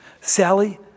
Sally